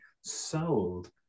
sold